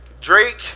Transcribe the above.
Drake